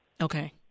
Okay